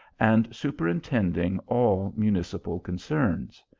and super intending all municipal concerns.